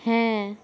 হ্যাঁ